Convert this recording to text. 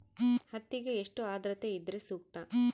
ಹತ್ತಿಗೆ ಎಷ್ಟು ಆದ್ರತೆ ಇದ್ರೆ ಸೂಕ್ತ?